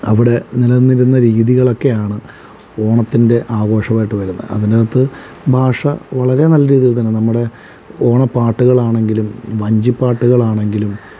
അവിടെ നിലനിന്നിരുന്ന രീതികളൊക്കെയാണ് ഓണത്തിൻ്റെ ആഘോഷമായിട്ട് വരുന്നത് അതിനകത്ത് ഭാഷ വളരെ നല്ല രീതിയിൽ തന്നെ നമ്മുടെ ഓണപ്പാട്ടുകളാണെങ്കിലും വഞ്ചി പാട്ടുകളാണെങ്കിലും